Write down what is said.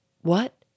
What